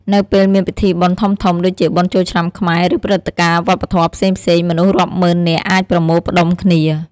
នៅពេលមានពិធីបុណ្យធំៗ ដូចជាបុណ្យចូលឆ្នាំខ្មែរ ឬព្រឹត្តិការណ៍វប្បធម៌ផ្សេងៗ មនុស្សរាប់ម៉ឺននាក់អាចប្រមូលផ្តុំគ្នា។